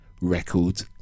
record